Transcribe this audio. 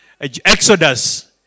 Exodus